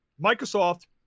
Microsoft